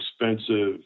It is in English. expensive